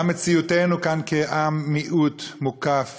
גם מציאותנו כאן כעם, מיעוט מוקף